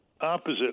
opposite